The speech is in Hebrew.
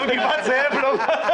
על מה אתה מדבר?